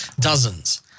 dozens